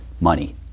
money